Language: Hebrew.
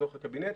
בתוך הקבינט.